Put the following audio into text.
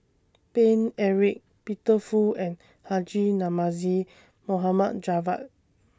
Paine Eric Peter Fu and Haji Namazie Mohd Javad